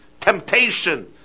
Temptation